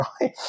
right